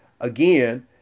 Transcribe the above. again